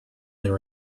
there